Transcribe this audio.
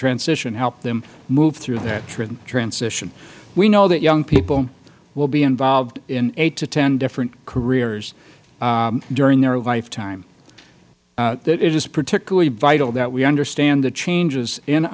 transition helped them move through that transition we know that young people will be involved in eight to ten different careers during their lifetime it is particularly vital that we understand the changes in